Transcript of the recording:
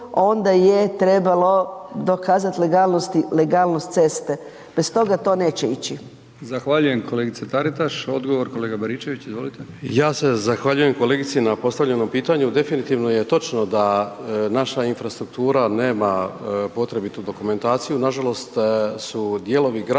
Onda je trebalo dokazati legalnosti, legalnost ceste. Bez toga to neće ići. **Brkić, Milijan (HDZ)** Zahvaljujem kolegice Taritaš. Odgovor kolega Baričević, izvolite. **Baričević, Martin (HDZ)** Ja se zahvaljujem kolegici na postavljenom pitanju, definitivno je točno da naša infrastruktura nema potrebitu dokumentaciju, nažalost su dijelovi gradova